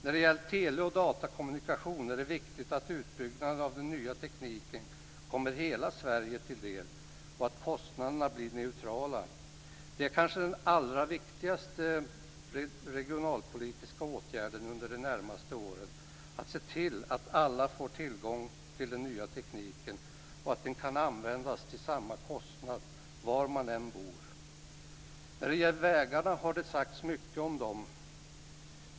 När det gäller tele och datakommunikation är det viktigt att utbyggnaden av den nya tekniken kommer hela Sverige till del och att kostnaderna blir neutrala. Det är kanske den allra viktigaste regionalpolitiska åtgärden under de närmaste åren, att se till att alla får tillgång till den nya tekniken och att den kan användas till samma kostnad var man än bor. Det har sagts mycket om vägarna.